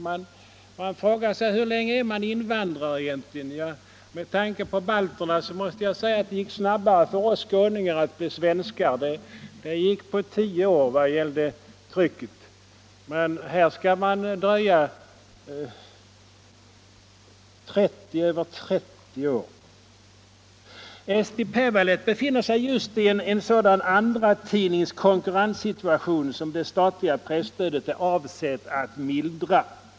Man kan också fråga hur länge man egentligen är invandrare. Med tanke på balterna måste jag säga att det gick snabbare för oss skåningar att bli svenskar. Det gick på tio år. Men här skall det ta över 30. å Eesti Päevaleht befinner sig just i en andratidnings konkurrenssituation som det statliga presstödet är avsett att mildra.